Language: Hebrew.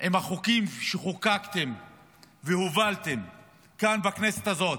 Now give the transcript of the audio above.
עם החוקים שחוקקתם והובלתם כאן בכנסת הזאת,